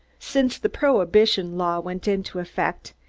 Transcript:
since the prohibition law went into effect,